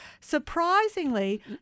Surprisingly